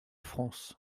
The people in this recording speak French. france